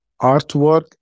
artwork